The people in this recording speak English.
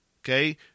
okay